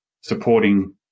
supporting